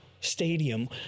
stadium